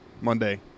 monday